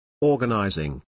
organizing